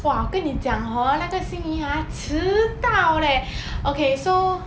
!wah! 跟你讲 hor 那个 xin yi ha 迟到 leh okay so